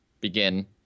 begin